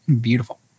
beautiful